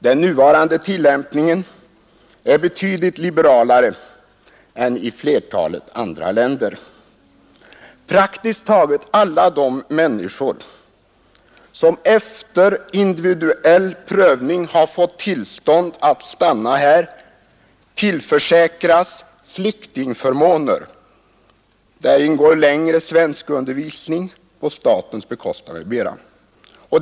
Den nuvarande tillämpningen är betydligt liberalare än i flertalet andra länder. Praktiskt taget alla de människor, som efter individuell prövning har fått tillstånd att stanna här, tillförsäkras flyktingförmåner i vilka ingår längre svenskundervisning på statens bekostnad m.m.